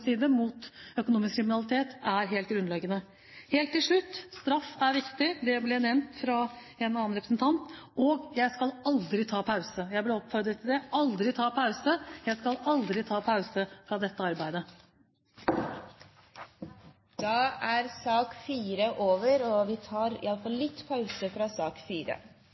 side mot økonomisk kriminalitet, er helt grunnleggende. Helt til slutt: Straff er viktig. Det ble nevnt av en representant. Og jeg skal aldri ta pause – jeg ble oppfordret til det – jeg skal aldri ta pause fra dette arbeidet. Sak nr. 4 er dermed ferdigbehandlet. Etter ønske fra arbeids- og